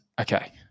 okay